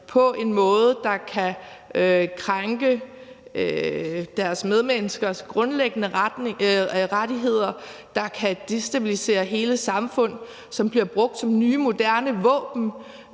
på en måde, der kan krænke deres medmenneskers grundlæggende rettigheder, som kan destabilisere hele samfund, og som bliver brugt som nye moderne våben